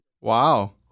Wow